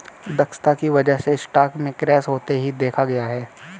दक्षता की वजह से स्टॉक में क्रैश होते भी देखा गया है